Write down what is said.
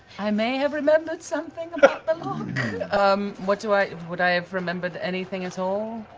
i may have remembered something um what do i, would i have remembered anything at all?